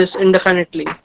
indefinitely